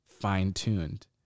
fine-tuned